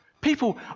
People